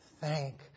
thank